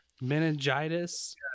meningitis